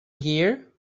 here